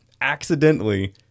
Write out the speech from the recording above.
accidentally